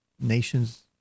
Nations